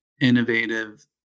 innovative